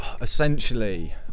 essentially